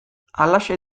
halaxe